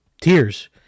Tears